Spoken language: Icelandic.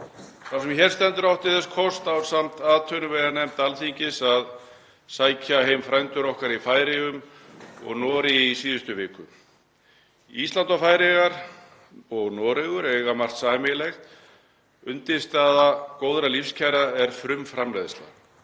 Sá sem hér stendur átti þess kost ásamt atvinnuveganefnd Alþingis að sækja heim frændur okkar í Færeyjum og Noregi í síðustu viku. Ísland og Færeyjar og Noregur eiga margt sameiginlegt. Undirstaða góðra lífskjara er frumframleiðsla;